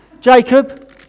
Jacob